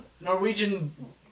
Norwegian